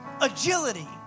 agility